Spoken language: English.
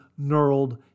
knurled